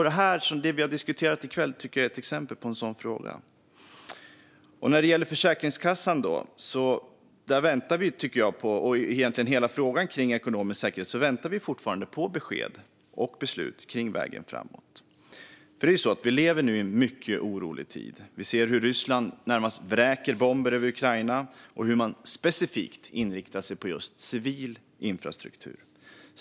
Det som vi har diskuterat i kväll tycker jag är ett exempel på en sådan fråga. När det gäller Försäkringskassan och hela frågan om ekonomisk säkerhet väntar vi fortfarande på besked och beslut om vägen framåt. Vi lever i en mycket orolig tid. Vi ser hur Ryssland närmast vräker bomber över Ukraina och hur man specifikt inriktar sig på civil infrastruktur.